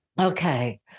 okay